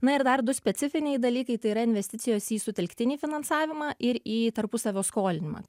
na ir dar du specifiniai dalykai tai yra investicijos į sutelktinį finansavimą ir į tarpusavio skolinimą